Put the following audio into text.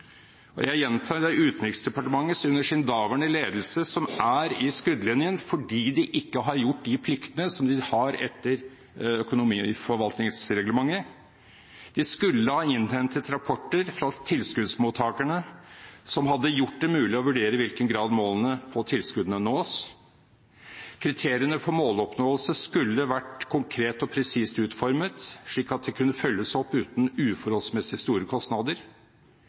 Jeg gjentar: Det er Utenriksdepartementet under sin daværende ledelse som er i skuddlinjen, fordi de ikke har gjort de pliktene som de har etter økonomiforvaltningsreglementet. De skulle ha innhentet rapporter fra tilskuddsmottakerne, som hadde gjort det mulig å vurdere i hvilken grad målene for tilskuddene nås. Kriteriene for måloppnåelse skulle vært konkret og presist utformet, slik at de kunne følges opp uten uforholdsmessig store kostnader.